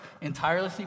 entirely